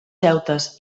deutes